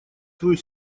твою